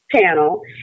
panel